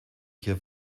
hier